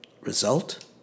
Result